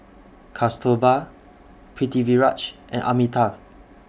Kasturba Pritiviraj and Amitabh